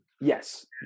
Yes